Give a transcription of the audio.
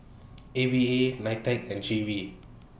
A V A NITEC and G V